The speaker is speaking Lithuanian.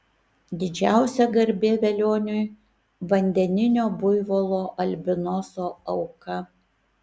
didžiausia garbė velioniui vandeninio buivolo albinoso auka